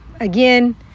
again